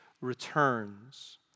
returns